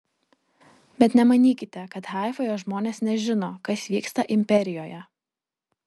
bet nemanykite kad haifoje žmonės nežino kas vyksta imperijoje